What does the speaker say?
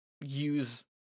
use